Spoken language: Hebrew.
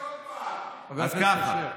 אז ככה,